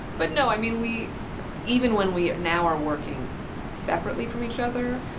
but no, i mean, we even when we, now, are working separately from each other,